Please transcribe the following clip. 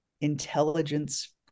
intelligence